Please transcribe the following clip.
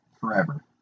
Forever